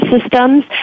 systems